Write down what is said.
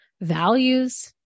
values